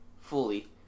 fully